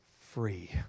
free